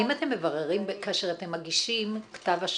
האם אתם מבררים, כאשר אתם מגישים כתב אשמה,